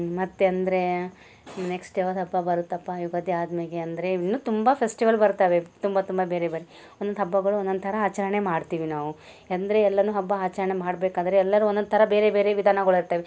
ಮತ್ತು ಅಂದರೆ ನೆಕ್ಸ್ಟ್ ಯಾವ್ದು ಹಬ್ಬ ಬರುತ್ತಪ್ಪ ಯುಗಾದಿ ಆದ ಮ್ಯಾಲೆ ಅಂದರೆ ಇನ್ನೂ ತುಂಬ ಫೆಸ್ಟಿವಲ್ ಬರ್ತವೆ ತುಂಬ ತುಂಬ ಬೇರೆ ಬೇರೆ ಒಂದೊಂದು ಹಬ್ಬಗಳು ಒಂದೊಂದು ಥರ ಆಚರಣೆ ಮಾಡ್ತೀವಿ ನಾವು ಅಂದರೆ ಎಲ್ಲನೂ ಹಬ್ಬ ಆಚರಣೆ ಮಾಡಬೇಕಾದ್ರೆ ಎಲ್ಲರೂ ಒಂದೊಂದು ಥರ ಬೇರೆ ಬೇರೆ ವಿಧಾನಗಳು ಇರ್ತವೆ